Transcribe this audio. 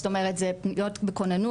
זאת אומרת זה פניות בכוננות,